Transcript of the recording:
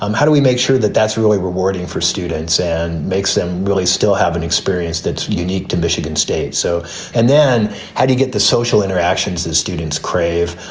um how do we make sure that that's really rewarding for students and makes them really still have an experience that's unique to michigan state? so and then how do you get the social interactions that students crave?